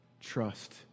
trust